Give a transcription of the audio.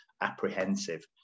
apprehensive